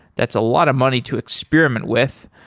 that's a lot of money to experiment with.